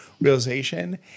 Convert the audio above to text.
realization